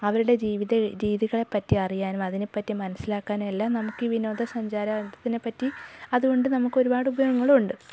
അവരുടെ ജീവിത രീതികളെ പറ്റി അറിയാനും അതിനെപ്പറ്റി മനസ്സിലാക്കാനും എല്ലാം നമുക്കീ വിനോദ സഞ്ചാരത്തിനെപ്പറ്റി അതുകൊണ്ട് നമുക്കൊരുപാട് ഉപയോഗങ്ങളും ഉണ്ട്